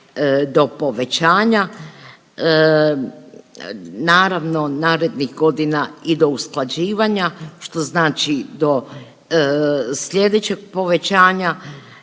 do povećanja. Naravno narednih godina i do usklađivanja što znači do sljedećeg povećanja